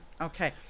Okay